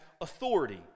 authority